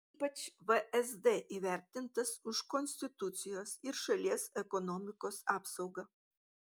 ypač vsd įvertintas už konstitucijos ir šalies ekonomikos apsaugą